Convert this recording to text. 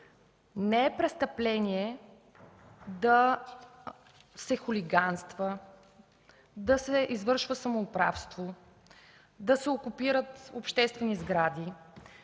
не е престъпление да се хулиганства, да се извършва самоуправство, да се окупират обществени сгради,